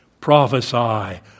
prophesy